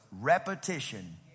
repetition